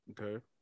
Okay